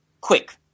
quick